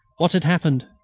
what had happened?